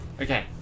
okay